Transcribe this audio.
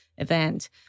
event